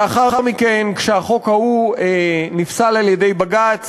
לאחר מכן, כשהחוק ההוא נפסל על-ידי בג"ץ,